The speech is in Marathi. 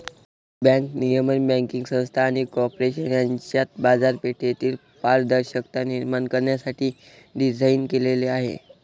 बँक नियमन बँकिंग संस्था आणि कॉर्पोरेशन यांच्यात बाजारपेठेतील पारदर्शकता निर्माण करण्यासाठी डिझाइन केलेले आहे